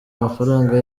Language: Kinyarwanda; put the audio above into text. amafaranga